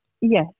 Yes